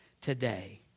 today